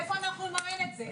מאיפה אנחנו נממן את זה?